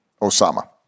Osama